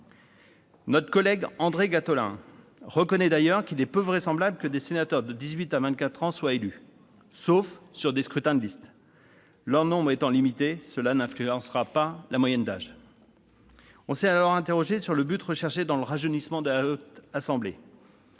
Notre collègue André Gattolin reconnaît d'ailleurs qu'il est peu vraisemblable que des sénateurs âgés de dix-huit à vingt-quatre ans soient élus, sauf sur des scrutins de liste. Leur nombre étant limité, cela n'influencera pas la moyenne d'âge. On s'est alors interrogé sur le but recherché au travers du rajeunissement de la Haute Assemblée.